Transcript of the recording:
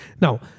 Now